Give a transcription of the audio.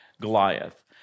Goliath